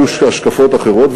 היו שתי השקפות אחרות,